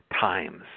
times